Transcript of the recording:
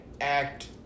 act